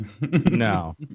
No